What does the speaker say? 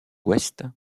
ouest